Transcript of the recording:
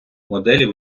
моделі